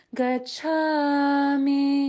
Gachami